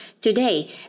today